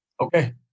Okay